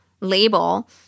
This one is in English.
label